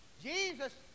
Jesus